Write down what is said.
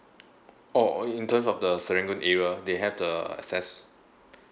oh in in terms of the serangoon area they have the access